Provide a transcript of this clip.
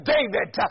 David